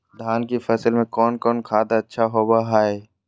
धान की फ़सल में कौन कौन खाद अच्छा होबो हाय?